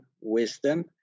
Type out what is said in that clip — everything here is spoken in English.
wisdom